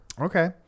Okay